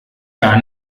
gar